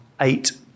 eight